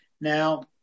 Now